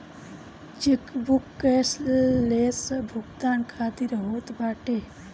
chequebook cashless भुगतान खातिर होत बाटे